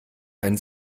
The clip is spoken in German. ein